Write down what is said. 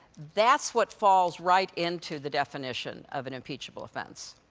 that's what falls right into the definition of an impeachable offense.